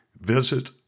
visit